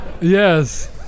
Yes